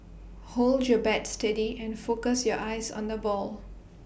hold your bat steady and focus your eyes on the ball